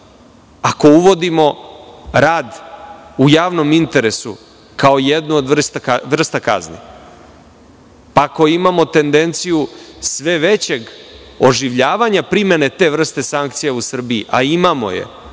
Ako uvodimo rad u javnom interesu kao jednu od vrsta kazni, ako imamo tendenciju sve većeg oživljavanja primene te vrste sankcija u Srbiji, a imamo je,